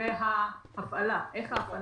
אלא זה אומר איך ההפעלה נעשית